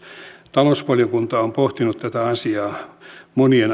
talousvaliokunta on pohtinut tätä asiaa monia